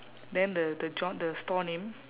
then the the john the store name